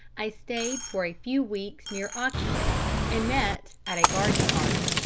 i stayed for a few weeks near oxenby, and met, at a garden party,